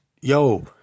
yo